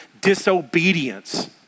disobedience